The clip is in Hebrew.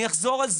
אני אחזור על זה,